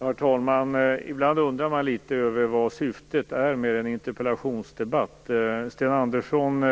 Herr talman! Ibland undrar man litet över syftet med en interpellationsdebatt. Sten Andersson